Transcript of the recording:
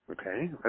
Okay